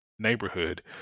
neighborhood